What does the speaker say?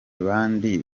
bandi